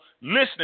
listening